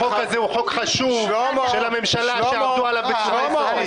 החוק הזה הוא חוק חשוב של הממשלה שעבדו עליו בצורה יסודית.